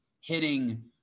hitting